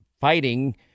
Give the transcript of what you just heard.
fighting